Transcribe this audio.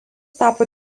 tapo